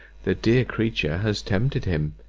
the dear creature has tempted him,